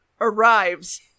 arrives